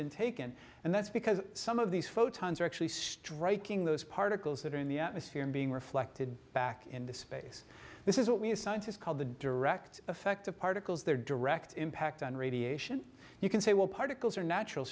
been taken and that's because some of these photons are actually striking those particles that are in the atmosphere and being reflected back into space this is what we as scientists call the direct effect of particles their direct impact on radiation you can say well particles are natural